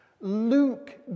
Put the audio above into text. Luke